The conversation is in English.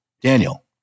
Daniel